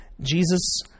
Jesus